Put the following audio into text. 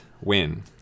win